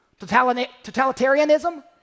Totalitarianism